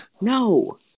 no